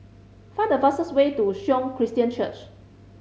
find the fastest way to Sion Christian Church